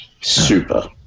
Super